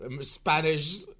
Spanish